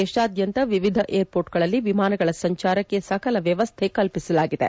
ದೇಶಾದ್ದಂತ ವಿವಿಧ ಏರ್ಮೋರ್ಟ್ಗಳಲ್ಲಿ ವಿಮಾನಗಳ ಸಂಚಾರಕ್ಕೆ ಸಕಲ ವ್ಲವಸ್ಲೆ ಕಲ್ಪಿಸಲಾಗಿದೆ